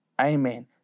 Amen